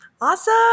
Awesome